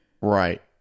right